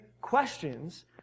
questions